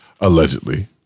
Allegedly